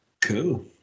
Cool